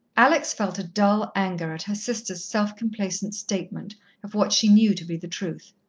alex felt a dull anger at her sister's self-complacent statement of what she knew to be the truth.